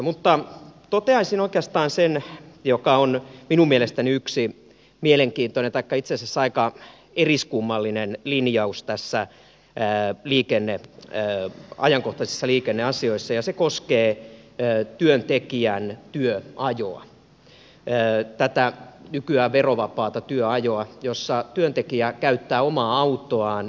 mutta toteaisin oikeastaan sen mikä on minun mielestäni yksi mielenkiintoinen taikka itse asiassa aika eriskummallinen linjaus näissä ajankohtaisissa liikenneasioissa ja se koskee työntekijän työajoa tätä nykyään verovapaata työajoa jossa työntekijä käyttää omaa autoaan työn tekemiseen